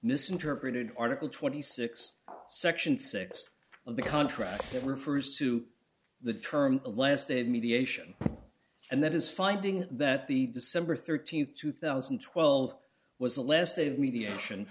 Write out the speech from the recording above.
misinterpreted article twenty six section six of the contract that refers to the term the last day of mediation and that is finding that the december th two thousand and twelve was the last of mediation